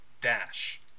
Dash